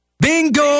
Bingo